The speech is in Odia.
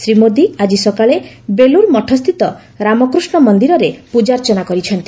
ଶ୍ରୀମୋଦି ଆଜି ସକାଳେ ବେଲ୍ଲୁର ମଠସ୍ଥିତ ରାମକୃଷ୍ଣ ମନ୍ଦିରରରେ ପୂଜାର୍ଚ୍ଚନା କରିଛନ୍ତି